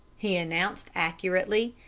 he announced accurately.